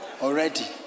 already